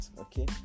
Okay